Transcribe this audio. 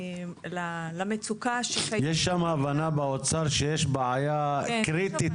למצוקה --- יש שם הבנה באוצר שישנה בעיה קריטית,